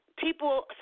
People